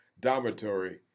dormitory